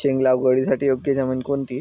शेंग लागवडीसाठी योग्य जमीन कोणती?